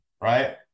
right